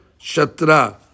shatra